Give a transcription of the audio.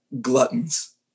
gluttons